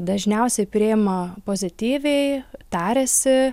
dažniausiai priima pozityviai tariasi